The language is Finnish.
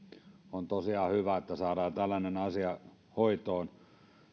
on tosiaan hyvä että saadaan tällainen asia hoitoon